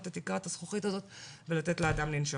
את תקרת הזכוכית הזאת ולתת לאדם לנשום.